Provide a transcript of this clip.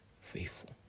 faithful